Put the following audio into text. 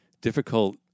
difficult